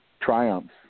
triumphs